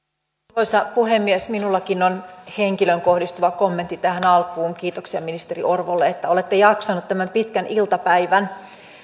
arvoisa puhemies minullakin on henkilöön kohdistuva kommentti tähän alkuun kiitoksia ministeri orvolle että olette jaksanut tämän pitkän iltapäivän